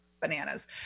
bananas